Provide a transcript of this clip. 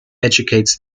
educates